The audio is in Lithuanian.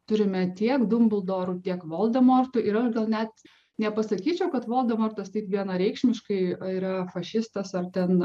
turime tiek dumbldorų tiek voldemortų ir aš gal net nepasakyčiau kad voldemortas taip vienareikšmiškai yra fašistas ar ten